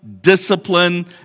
discipline